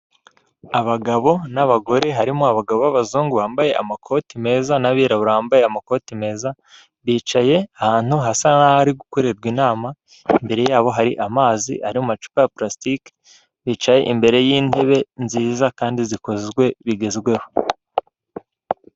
Abagabo n'abagore harimo abagabo b'abazungu bambaye amakoti meza n'abirabura bambaye amakoti meza, bicaye ahantu hasa nk'aho hari gukorerwa inama, imbere ya bo hari amazi ari mumacupa ya pulasiitike, bicaye imbere y'intebe nziza kandi zikozwe bigezweho.